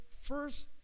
first